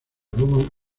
rowan